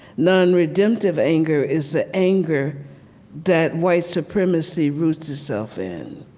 non-redemptive anger is the anger that white supremacy roots itself in.